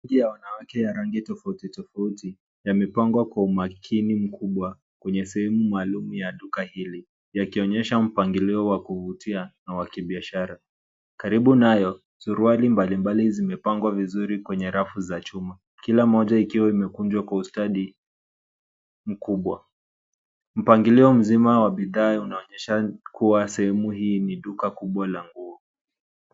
Nguo ya wanawake ya rangi tafauti tafauti yamepangwa umakini mkubwa kwenye sehemu maalum ya duka hili yakionyesha mpangilio wa kuvutia na wa kibiashara, karibu nayo kuna suruali mbali mbali zimepangwa vizuri kwenye rafu za chuma kila moja ikiwa umekunjwa kwa ustadi mkubwa, mpangilio mzima wa bidhaa unaonyesha kuwa sehemu ni duka kubwa la nguo.